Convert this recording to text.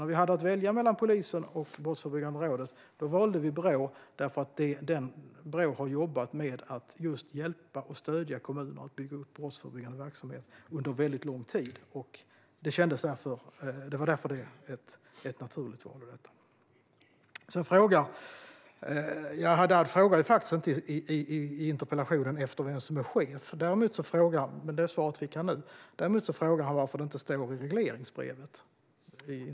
När vi hade att välja mellan polisen och Brottsförebyggande rådet valde vi alltså Brå därför att Brå under lång tid har jobbat med att just hjälpa och stödja kommuner i att bygga upp brottsförebyggande verksamhet. Det var ett naturligt val. I interpellationen frågar Haddad faktiskt inte vem som är chef, men det svaret fick han nu. Däremot frågar han i interpellationen varför det inte står i regleringsbrevet.